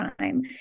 time